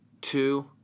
two